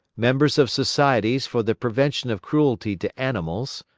members of societies for the prevention of cruelty to animals,